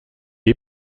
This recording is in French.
est